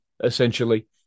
essentially